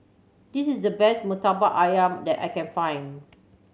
this is the best Murtabak Ayam that I can find